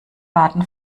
baden